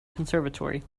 conservatory